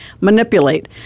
manipulate